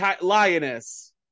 lioness